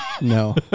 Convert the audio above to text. No